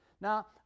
Now